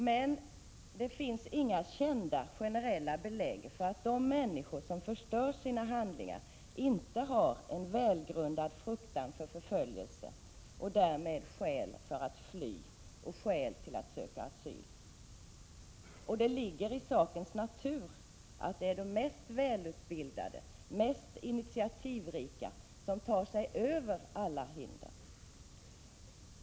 Men det finns inga kända generella belägg för att de människor som förstör sina handlingar inte har en välgrundad fruktan för förföljelse och därmed skäl att fly och skäl att söka asyl. Det ligger i sakens natur att det är de mest välutbildade och mest initiativrika som tar sig över alla hinder.